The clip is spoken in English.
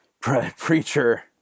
preacher